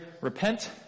Repent